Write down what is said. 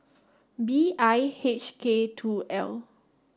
B I H K two L